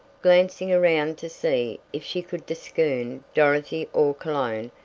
glancing around to see if she could discern dorothy or cologne,